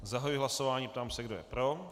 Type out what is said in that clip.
Zahajuji hlasování a ptám se, kdo je pro.